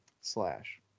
slash